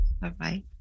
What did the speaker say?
Bye-bye